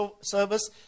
service